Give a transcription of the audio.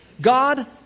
God